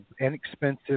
inexpensive